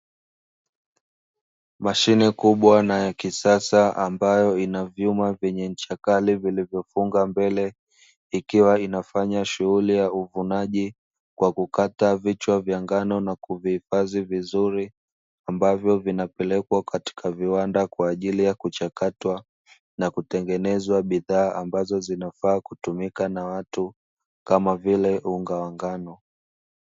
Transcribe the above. Mashine kubwa na ya kisasa, ambayo ina vyuma vyenye ncha kali vilivyofungwa mbele, ikiwa inafanya shughuli ya uvunaji kwa kukata vichwa vya ngano na kuvihifadhi vizuri, ambavyo vinapelekwa katika viwanda kwa ajili ya kuchakatwa na kutengenezwa bidhaa ambazo zinafaa kutumika na watu kama vile unga wa ngano.